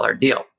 deal